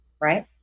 right